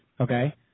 Okay